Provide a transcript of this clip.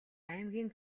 аймгийн